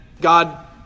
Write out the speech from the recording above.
God